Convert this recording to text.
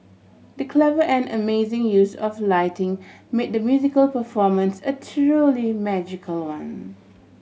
the clever and amazing use of lighting made the musical performance a truly magical one